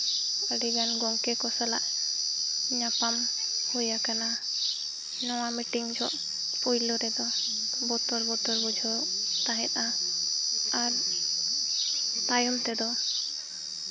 ᱟᱹᱰᱤ ᱜᱟᱱ ᱜᱚᱢᱠᱮ ᱠᱚ ᱥᱟᱞᱟᱜ ᱧᱟᱯᱟᱢ ᱦᱩᱭ ᱟᱠᱟᱱᱟ ᱱᱚᱣᱟ ᱢᱤᱴᱤᱝ ᱡᱚᱦᱚᱜ ᱯᱳᱭᱞᱳ ᱨᱮᱫᱚ ᱵᱚᱛᱚᱨ ᱵᱚᱛᱚᱨ ᱵᱩᱡᱷᱟᱹᱜ ᱛᱟᱦᱮᱸᱫᱼᱟ ᱟᱨ ᱛᱟᱭᱚᱢ ᱛᱮᱫᱚ